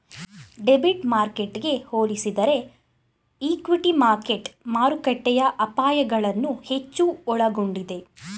debit ಮಾರ್ಕೆಟ್ಗೆ ಹೋಲಿಸಿದರೆ equity market ಮಾರುಕಟ್ಟೆಯ ಅಪಾಯಗಳನ್ನು ಹೆಚ್ಚು ಒಳಗೊಂಡಿದೆ